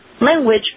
language